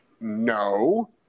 no